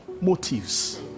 motives